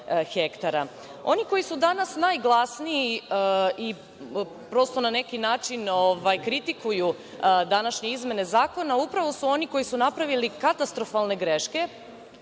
ha. Oni koji su danas najglasniji i prosto na neki način kritikuju današnje izmene zakona, upravo su oni koji su napravili katastrofalne greške